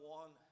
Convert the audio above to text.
one